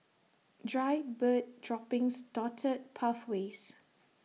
dried bird droppings dotted pathways